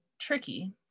tricky